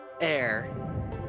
Air